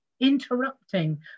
interrupting